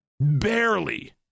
barely